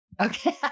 Okay